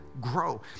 grow